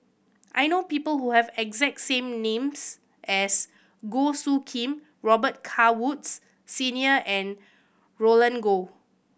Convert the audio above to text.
I know people who have exact same names as Goh Soo Khim Robet Carr Woods Senior and Roland Goh